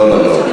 לא, לא.